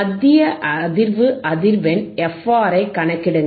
மத்திய அதிர்வு அதிர்வெண் fR ஐக் கணக்கிடுங்கள்